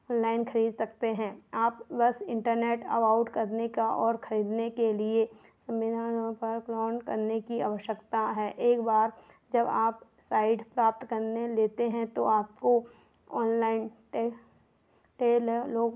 online ख़रीद सकते हैं आप बस इन्टरनेट अबाउट करने का और ख़रीदने के लिए संबिधानों पर करने की आवश्यकता है एक बार जब आप साइड प्राप्त करने लेते हैं तो आपको ऑनलाइन टे टेल लोग